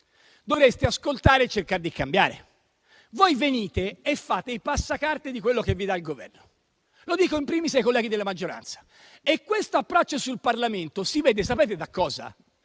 dovreste ascoltare e cercare di cambiare; voi venite e fate i passacarte di quello che vi dà il Governo (lo dico *in primis* ai colleghi della maggioranza). Questo approccio sul Parlamento sapete da cosa